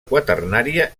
quaternària